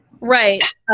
Right